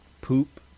poop